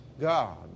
God